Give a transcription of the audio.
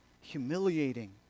humiliating